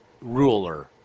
ruler